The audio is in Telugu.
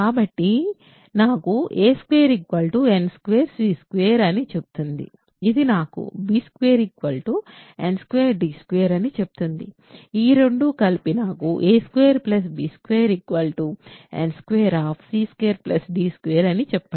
కాబట్టి ఇది నాకు a2 n 2 c 2 అని చెబుతుంది ఇది నాకు b2 n 2d 2 అని చెబుతుంది ఈ రెండూ కలిసి నాకు a2b2 n 2 c 2 d 2 అని చెప్పండి